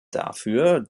dafür